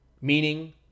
meaning